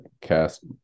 cast